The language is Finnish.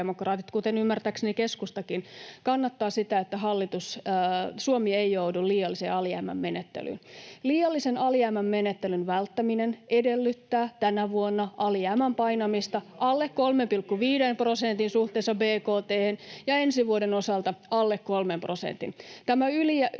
kuten ymmärtääkseni keskustakin, kannattavat sitä, että Suomi ei joudu liiallisen alijäämän menettelyyn. Liiallisen alijäämän menettelyn välttäminen edellyttää tänä vuonna alijäämän painamista [Antti Kurvinen: On muitakin tapoja, te tiedätte sen!] alle 3,5 prosentin